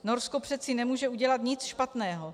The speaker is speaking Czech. Norsko přece nemůže udělat nic špatného.